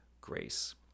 grace